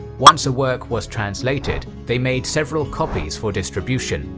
once a work was translated they made several copies for distribution,